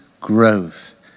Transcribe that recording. growth